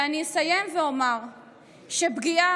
ואני אסיים ואומר שפגיעה